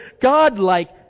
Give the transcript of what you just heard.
God-like